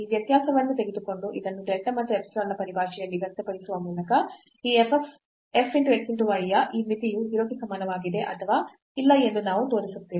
ಈ ವ್ಯತ್ಯಾಸವನ್ನು ತೆಗೆದುಕೊಂಡು ಇದನ್ನು delta ಮತ್ತು epsilon ನ ಪರಿಭಾಷೆಯಲ್ಲಿ ವ್ಯಕ್ತಪಡಿಸುವ ಮೂಲಕ ಈ f xy ಯ ಈ ಮಿತಿಯು 0 ಗೆ ಸಮಾನವಾಗಿದೆ ಅಥವಾ ಇಲ್ಲ ಎಂದು ನಾವು ತೋರಿಸುತ್ತೇವೆ